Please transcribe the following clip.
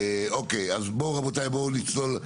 אוקיי, אז בואו, רבותיי, בואו נצלול.